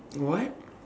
what